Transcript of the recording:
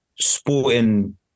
sporting